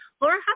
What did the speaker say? Laura